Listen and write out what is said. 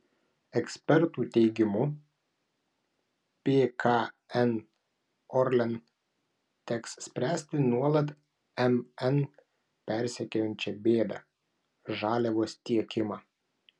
ekspertų teigimu pkn orlen teks spręsti nuolat mn persekiojančią bėdą žaliavos tiekimą